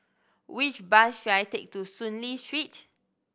which bus should I take to Soon Lee Street